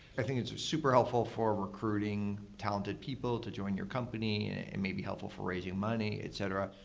i think it's super helpful for recruiting talented people to join your company. it may be helpful for raising money, et cetera,